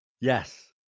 Yes